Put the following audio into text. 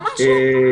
ממש לא.